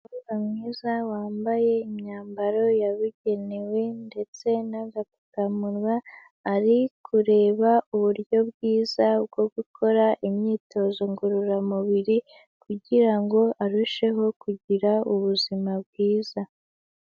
Umukobwa mwiza wambaye imyambaro yabigenewe ndetse n'agapfukamuwa, ari kureba uburyo bwiza bwo gukora imyitozo ngororamubiri kugira ngo arusheho kugira ubuzima bwiza.